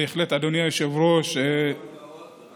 בהחלט, אדוני היושב-ראש, נכון מאוד.